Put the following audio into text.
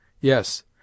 Yes